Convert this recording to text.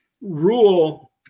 rule